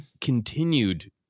continued